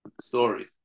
story